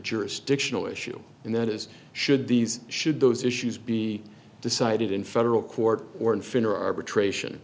jurisdictional issue and that is should these should those issues be decided in federal court or in finner arbitration